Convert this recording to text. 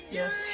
yes